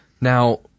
Now –